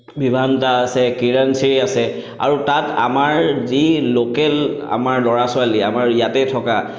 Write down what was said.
Vivanta আছে কিৰণশ্ৰী আছে আৰু তাত আমাৰ যি লোকেল আমাৰ ল'ৰা ছোৱালী আমাৰ ইয়াতেই থকা